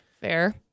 Fair